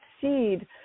seed